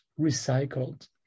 recycled